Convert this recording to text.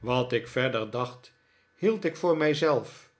wat ik verder dacht hield ik vopr mij zelf